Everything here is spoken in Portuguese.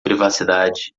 privacidade